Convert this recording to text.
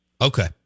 Okay